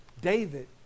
David